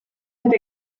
have